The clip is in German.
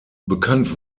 bekannt